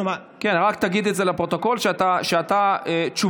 אז רק תגיד לפרוטוקול שתשובה